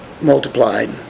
multiplied